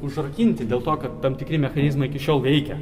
užrakinti dėl to kad tam tikri mechanizmai iki šiol veikia